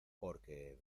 porque